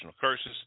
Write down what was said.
curses